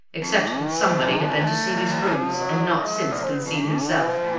except that somebody had been to see these rooms and not since been seen himself.